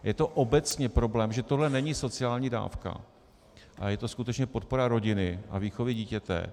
Je to obecně problém, protože tohle není sociální dávka, ale je to skutečně podpora rodiny a výchovy dítěte.